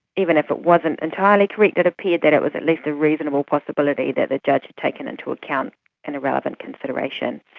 even if it wasn't entirely correct, it appeared that it was at least a reasonable possibility that the judge had taken into account an irrelevant consideration,